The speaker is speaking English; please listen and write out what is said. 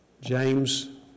James